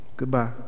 goodbye